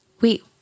wait